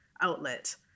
outlet